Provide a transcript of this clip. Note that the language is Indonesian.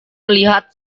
melihat